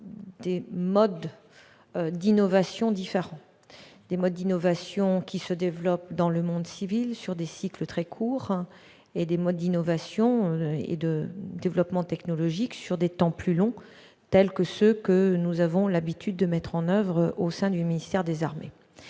des modes d'innovation différents, à savoir les modes d'innovation qui se développent dans le monde civil, sur des cycles très courts, et les modes d'innovation et de développement technologiques sur des temps plus longs, tels que ceux que nous avons l'habitude de mettre en oeuvre au sein du ministère des armées.